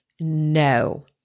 no